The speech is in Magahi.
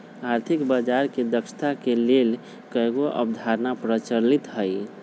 आर्थिक बजार के दक्षता के लेल कयगो अवधारणा प्रचलित हइ